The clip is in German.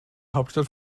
hauptstadt